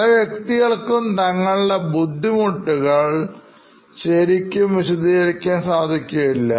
പല വ്യക്തികൾക്കും താങ്കളുടെ ബുദ്ധിമുട്ടുകൾ ശരിക്ക് വിശദീകരിക്കുവാൻ സാധിക്കുകയില്ല